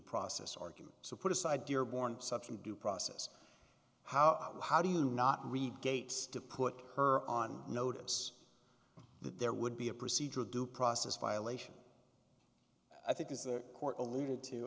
process argument so put aside dearborn subsume due process how how do you not read gates to put her on notice that there would be a procedure due process violation i think is the court alluded to